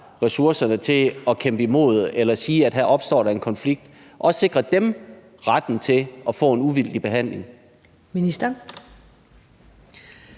ressourcerne til at kæmpe imod eller sige, at der her opstår en konflikt, sikre dem retten til at få en uvildig behandling? Kl.